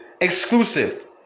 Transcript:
exclusive